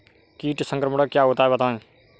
कीट संक्रमण क्या होता है बताएँ?